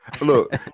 Look